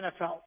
NFL